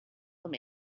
them